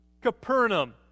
Capernaum